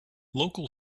local